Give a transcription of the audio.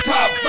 Top